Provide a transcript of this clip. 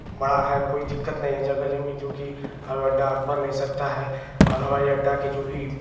बड़ा है कोई दिक्कत नहीं है जगह ज़मीन जोकि हवाई अड्डा बन नहीं सकता है और हवाई अड्डा के जो भी